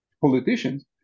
politicians